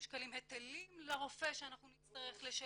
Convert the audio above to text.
היטלים לרופא שאנחנו נצטרך לשלם.